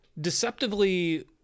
deceptively